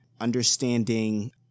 Understanding